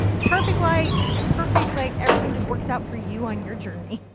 perfect lights, perfect like everything just works out for you on your journey.